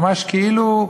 ממש כאילו,